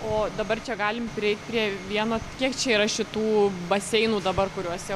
o dabar čia galim prieit prie vieno kiek čia yra šitų baseinų dabar kuriuose